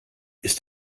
ist